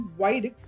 wide